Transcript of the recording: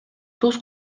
туз